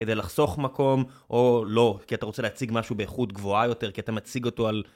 כדי לחסוך מקום, או לא, כי אתה רוצה להציג משהו באיכות גבוהה יותר, כי אתה מציג אותו על...